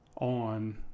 on